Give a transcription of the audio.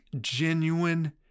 genuine